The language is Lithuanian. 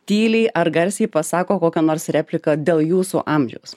tyliai ar garsiai pasako kokią nors repliką dėl jūsų amžiaus